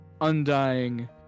undying